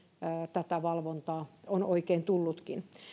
tätä valvontaa onkaan oikein tullut